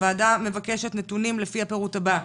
הוועדה מבקשת נתונים לפי הפירוט הבא: